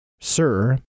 Sir